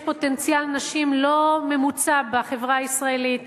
יש פוטנציאל נשים לא ממוצה בחברה הישראלית,